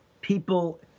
people